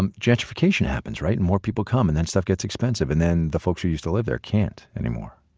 um gentrification happens, right? and more people come and then stuff gets expensive and then the folks who used to live there can't anymore.